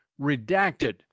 redacted